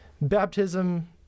baptism